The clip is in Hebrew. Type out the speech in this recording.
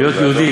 להיות יהודי,